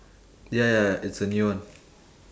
ya ya ya it's a new one